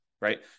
right